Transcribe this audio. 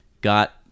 got